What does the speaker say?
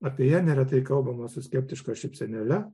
apie ją neretai kalbama su skeptiška šypsenėle